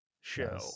show